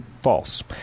false